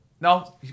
No